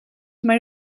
mae